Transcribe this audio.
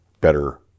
better